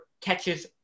catches